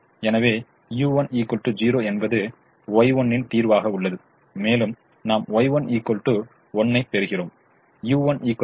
எனவே u1 0 என்பது Y1 தீர்வாக உள்ளது மேலும் நாம் Y1 1 ஐப் பெறுகிறோம் u1 0